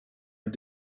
and